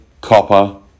copper